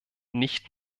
nicht